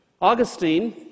Augustine